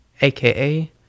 aka